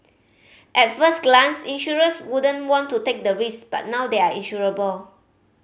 at first glance insurers wouldn't want to take the risk but now they are insurable